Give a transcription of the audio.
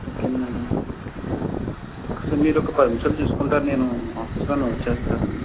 okay madam ఒకసారి మీరు ఒక పది నిమిషాలు చూసుకుంటారా నేను ఆఫీస్లో ఉన్నా వచ్చేస్తాను